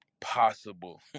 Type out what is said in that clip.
possible